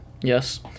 Yes